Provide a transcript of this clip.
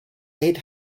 eight